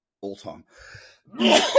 all-time